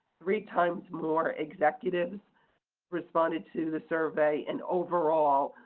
three times more executives responded to the survey, and overall,